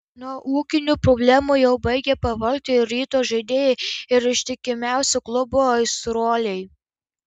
nuo ūkinių problemų jau baigia pavargti ir ryto žaidėjai ir ištikimiausi klubo aistruoliai